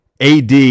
AD